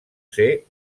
ser